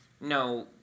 no